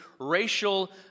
racial